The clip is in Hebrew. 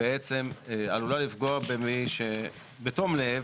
בעצם עלולה לפגוע למי שבתום לב